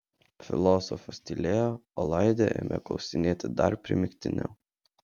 filosofas tylėjo o laidė ėmė klausinėti dar primygtiniau